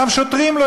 גם שוטרים לא,